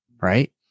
right